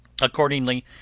Accordingly